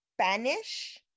Spanish